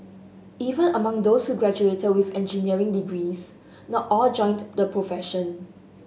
even among those who graduated with engineering degrees not all joined the profession